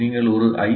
நீங்கள் ஒரு ஐ